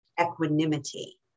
equanimity